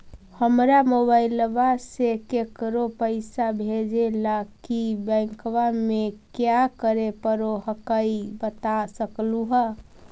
हमरा मोबाइलवा से केकरो पैसा भेजे ला की बैंकवा में क्या करे परो हकाई बता सकलुहा?